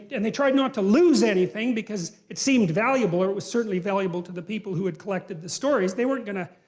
and they tried not to lose anything, because it seemed valuable, it was certainly valuable to the people who had collected the stories. they weren't going to,